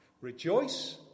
Rejoice